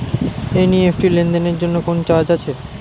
NEFT লেনদেনের জন্য কোন চার্জ আছে?